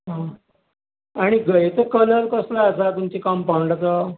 हां आनी घराचो कलर कसलो आसा तुमच्या कंम्पांउडाचो